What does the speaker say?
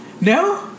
No